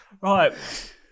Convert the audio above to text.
Right